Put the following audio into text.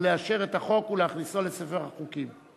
לאשר את החוק ולהכניסו לספר החוקים?